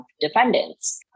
defendants